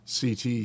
CT